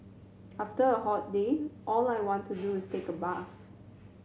after a hot day all I want to do is take a bath